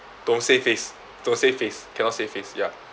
don't say face don't say face cannot say face ya